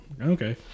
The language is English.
okay